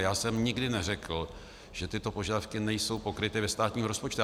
Já jsem nikdy neřekl, že tyto požadavky nejsou pokryty ve státním rozpočtu.